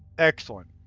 excellent.